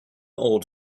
old